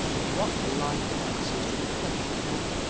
you ought to be lying down, so's to look fresh for to-night.